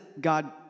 God